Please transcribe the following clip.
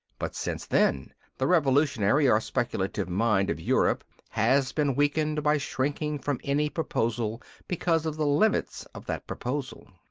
but since then the revolutionary or speculative mind of europe has been weakened by shrinking from any proposal because of the limits of that proposal.